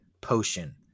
potion